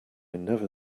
never